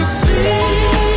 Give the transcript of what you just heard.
see